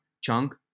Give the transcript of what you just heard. chunk